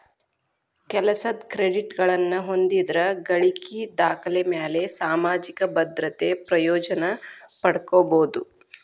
ಕೆಲಸದ್ ಕ್ರೆಡಿಟ್ಗಳನ್ನ ಹೊಂದಿದ್ರ ಗಳಿಕಿ ದಾಖಲೆಮ್ಯಾಲೆ ಸಾಮಾಜಿಕ ಭದ್ರತೆ ಪ್ರಯೋಜನ ಪಡ್ಕೋಬೋದು